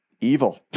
evil